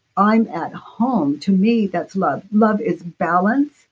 i'm at home. to me that's love. love is balanced,